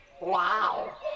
Wow